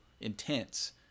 intense